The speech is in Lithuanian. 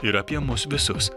ir apie mus visus